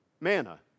manna